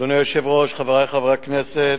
1. אדוני היושב-ראש, חברי חברי הכנסת,